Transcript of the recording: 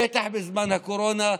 בטח בזמן הקורונה,